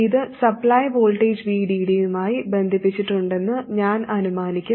ഇത് supply voltage VDD യുമായി ബന്ധിപ്പിച്ചിട്ടുണ്ടെന്ന് ഞാൻ അനുമാനിക്കും